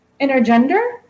Intergender